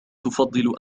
تفضل